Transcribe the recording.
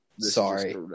Sorry